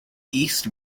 east